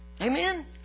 Amen